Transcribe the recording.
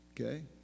Okay